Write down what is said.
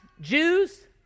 Jews